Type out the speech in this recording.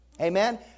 Amen